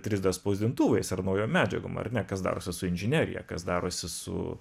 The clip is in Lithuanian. trys d spausdintuvais ar naujom medžiagom ar ne kas darosi su inžinerija kas darosi su